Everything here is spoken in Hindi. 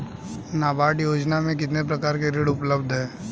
नाबार्ड योजना में कितने प्रकार के ऋण उपलब्ध हैं?